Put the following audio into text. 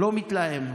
לא מתלהם.